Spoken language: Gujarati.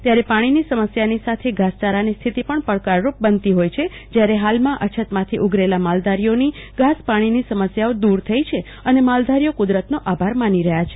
ત્યારે પાણીની સમસ્યાની સાથે ઘાસચારાની સ્થિતિ પણ પડકારરૂપ હોય છે જ્યારે હાલમાં અછતમાંથી ઉગરેલા મલાધારીઓની ઘાસ પાણીની સમસ્યાઓ દૂર થઈ છે અને માલધારીઓ કુદરતનો આભાર માની રહ્યા છે